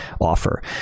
offer